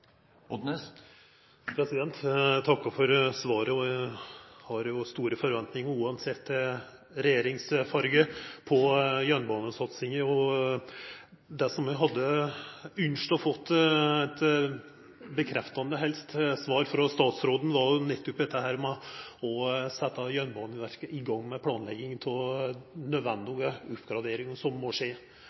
Eg takkar for svaret. Eg har store forventingar – uansett farga på regjeringa – til jernbanesatsinga. Det som eg ynskte å få eit – helst bekreftande – svar på frå statsråden, var nettopp om dette med å setja Jernbaneverket i gang med planlegging av nødvendige oppgraderingar, som må skje.